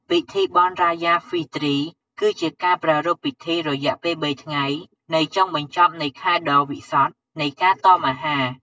ពិធីបុណ្យ រ៉ាយ៉ា ហ្វីទ្រី គឺជាការប្រារព្ធពិធីរយៈពេលបីថ្ងៃនៃចុងបញ្ចប់នៃខែដ៏វិសុទ្ធនៃការតមអាហារ។